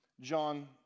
John